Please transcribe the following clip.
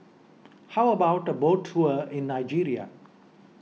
how about a boat tour in Nigeria